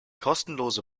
kostenlose